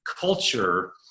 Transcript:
culture